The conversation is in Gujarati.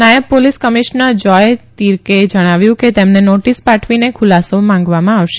નાયબ પોલીસ કમિશનર ોય તીરકેએ ણાવ્યુંકે તેમને નોટીસ પાઠવીને ખુલાસો માંગવામાં આવશે